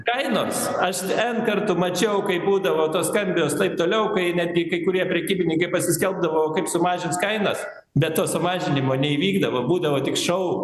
kainoms aš n kartų mačiau kai būdavo tos skambios taip toliau kai netgi kai kurie prekybininkai pasiskelbdavo kaip sumažins kainas bet to sumažinimo neįvykdavo būdavo tik šou